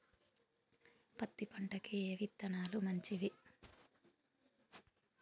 పత్తి పంటకి ఏ విత్తనాలు మంచివి?